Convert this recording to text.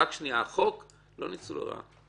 לא ניצול לרעה.